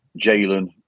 jalen